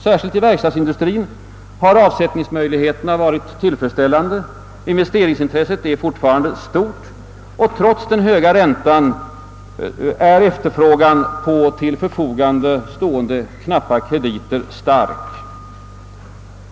Särskilt inom verkstadsindustrien har = avsättningsmöjligheterna varit tillfredsställande, investeringsintresset är alltjämt stort och trots den höga räntan är efterfrågan på till förfogande stående knappa krediter stark.